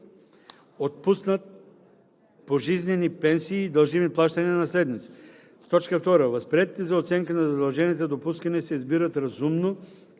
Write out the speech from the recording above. отпуснати пожизнени пенсии и дължими плащания на наследници; 2. възприетите за оценка на задълженията допускания се избират разумно,